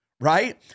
right